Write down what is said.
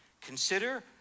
consider